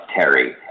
Terry